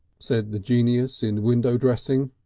said the genius in window dressing,